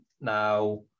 Now